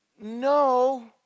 No